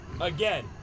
Again